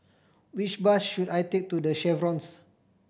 which bus should I take to The Chevrons